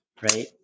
right